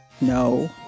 no